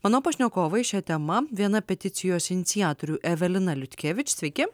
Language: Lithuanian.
mano pašnekovai šia tema viena peticijos iniciatorių evelina liutkievič sveiki